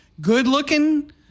good-looking